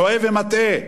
טועה ומטעה,